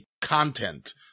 content